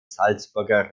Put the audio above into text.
salzburger